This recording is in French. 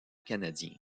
canadien